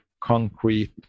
concrete